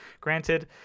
granted